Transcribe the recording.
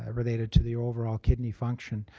ah related to the overall kidney function,